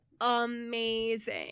amazing